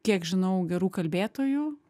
kiek žinau gerų kalbėtojų